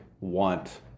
want